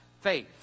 faith